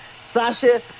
Sasha